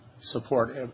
support